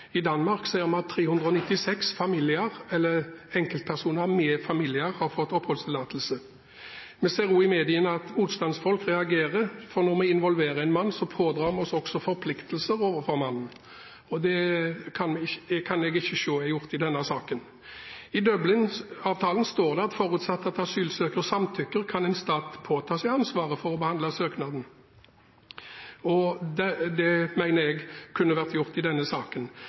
I Danmark ser vi at 396 familier eller enkeltpersoner med familie har fått oppholdstillatelse. Vi ser også i mediene at motstandsfolk reagerer, for når vi involverer en mann, pådrar vi oss også forpliktelser overfor mannen. Det kan jeg ikke se er gjort i denne saken. I Dublin-avtalen står det at forutsatt at asylsøker samtykker, kan en stat påta seg ansvaret for å behandle søknaden. Det mener jeg kunne vært gjort i denne saken.